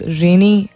rainy